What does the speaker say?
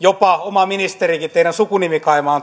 jopa oma ministerikin teidän sukunimikaimanne